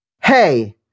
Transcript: Hey